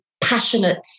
passionate